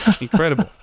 Incredible